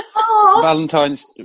Valentine's